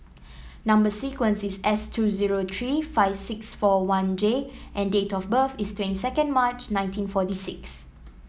number sequence is S two zero three five six four one J and date of birth is twenty second March nineteen forty six